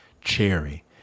cherry